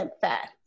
fat